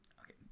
okay